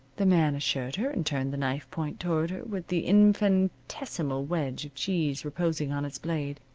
the man assured her, and turned the knife point toward her, with the infinitesimal wedge of cheese reposing on its blade.